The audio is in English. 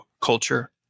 culture